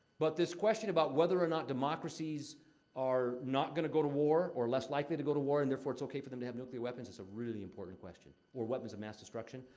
but this question about whether or not democracies are not gonna go to war, or less likely to go to war and therefore it's okay for them to have nuclear weapons, is a really important question. or weapons of mass destruction.